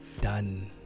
done